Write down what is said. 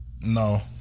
No